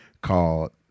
called